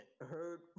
heard